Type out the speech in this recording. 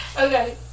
Okay